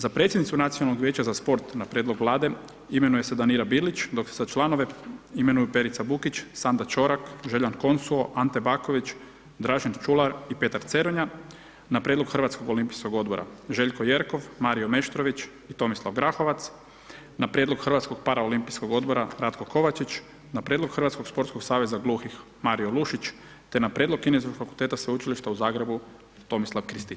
Za predsjednicu Nacionalnog vijeća za sport na prijedlog Vlade, imenuje se Danira Bilić, dok se članovi imenuju Perica Bukić, Sanda Čorak, Željan Konsuo, Ante Baković, Dražen Čular i Petar Ceronja, na prijedlog Hrvatskog olimpijskog odbora Željko Jerkov, Mario Meštrović i Tomislav Grahovac, na prijedlog Hrvatskog paraolimpijskog odbora Ratko Kovačić, na prijedlog Hrvatskog sportskog saveza gluhih Mario Lušić te na prijedlog KIF-a Sveučilišta u Zagrebu Tomislav Krističević.